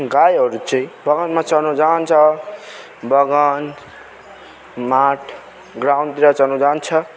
गाईहरू चाहिँ बगानमा चर्नु जान्छ बगान माठ ग्राउन्डतिर चर्नु जान्छ